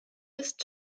ist